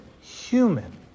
human